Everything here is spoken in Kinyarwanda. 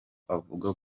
avuga